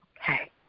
Okay